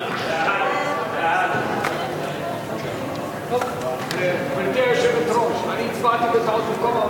ההצעה להעביר את הצעת חוק הביטוח הלאומי